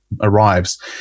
arrives